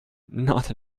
not